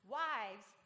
wives